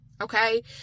okay